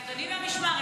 אדוני מהמשמר,